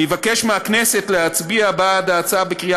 אני אבקש מהכנסת להצביע בעד ההצעה בקריאה